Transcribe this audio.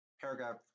paragraph